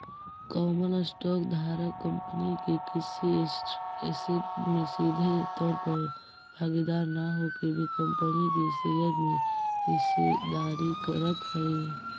common stock धारक company के किसी ऐसेट में सीधे तौर पर भागीदार न होके भी कंपनी के शेयर में हिस्सेदारी रखऽ हइ